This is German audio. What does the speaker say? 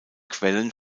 quellen